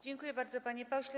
Dziękuję bardzo, panie pośle.